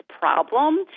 problem